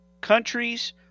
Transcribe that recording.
countries